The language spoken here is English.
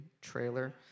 trailer